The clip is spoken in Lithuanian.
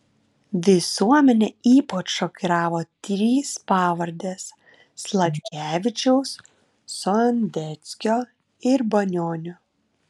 visuomenę ypač šokiravo trys pavardės sladkevičiaus sondeckio ir banionio